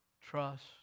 trust